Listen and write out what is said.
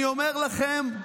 אני אומר לכם,